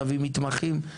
תביא מתמחים,